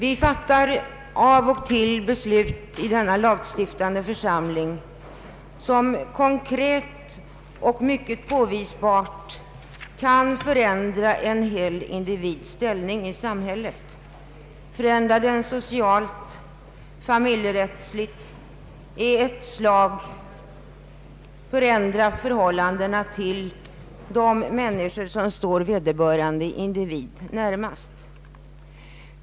I denna lagstiftande församling fattar vi av och till beslut som konkret och mycket påvisbart kan förändra en individs hela ställning i samhället, förändra den socialt, familjerättsligt, beslut som i ett slag kan förändra förhållandena till de människor som står vederbörande individ närmast.